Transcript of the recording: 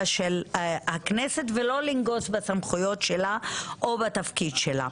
של הכנסת ולא לנגוס בסמכויות שלה או בתפקיד שלה.